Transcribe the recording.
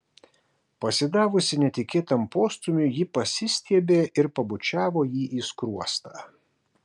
pasidavusi netikėtam postūmiui ji pasistiebė ir pabučiavo jį į skruostą